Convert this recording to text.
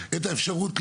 לתוכנית השיווקים,